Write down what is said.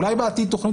אולי בעתיד תכנית